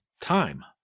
time